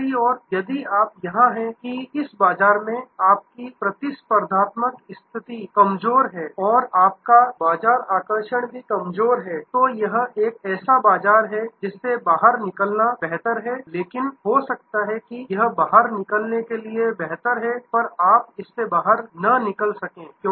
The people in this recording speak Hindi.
दूसरी ओर यदि आप यहां हैं कि इस बाजार में आपकी प्रतिस्पर्धात्मक स्थिति कमजोर है और आपका बाजार आकर्षण भी कमजोर है तो यह एक ऐसा बाजार है जिससे बाहर निकलना बेहतर है लेकिन हो सकता है कि यह बाहर निकलने के लिए बेहतर है पर आप इससे बाहर न निकल सकें